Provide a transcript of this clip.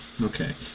okay